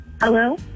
Hello